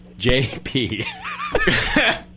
JP